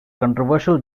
controversial